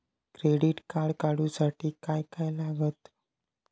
Credit card काढूसाठी काय काय लागत?